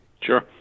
Sure